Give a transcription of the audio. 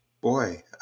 boy